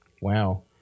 Wow